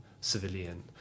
civilian